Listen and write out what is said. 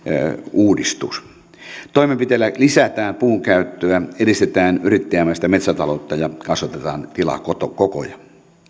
uudistus toimenpiteellä lisätään puunkäyttöä edistetään yrittäjämäistä metsätaloutta ja kasvatetaan tilakokoja